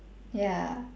ya